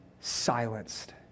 silenced